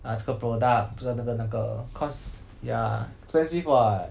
啊这个 product 知道这个那个 cause ya expensive what